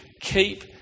keep